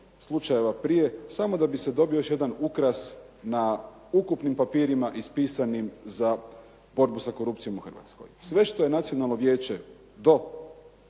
slučajeva prije samo da bi se dobio još jedan ukras na ukupnim papirima ispisanim za borbu sa korupcijom u Hrvatskoj. Sve što je Nacionalno vijeće do